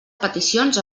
peticions